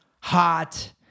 hot